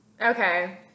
Okay